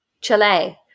Chile